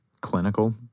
Clinical